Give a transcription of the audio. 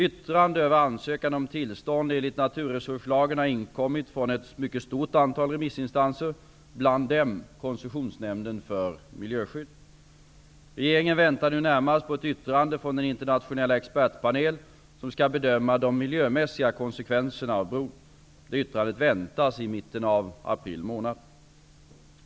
Yttrande över ansökan om tillstånd enligt naturresurslagen har inkommit från ett mycket stort antal remissinstanser, bland dem Regeringen väntar nu närmast på ett yttrande från den internationella expertpanel som skall bedöma de miljömässiga konsekvenserna av bron. Det yttrandet väntas i mitten av april månad.